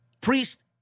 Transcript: Priest